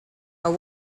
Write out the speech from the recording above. are